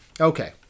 Okay